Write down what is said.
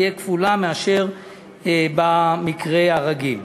תהיה כפולה מאשר במקרה הרגיל.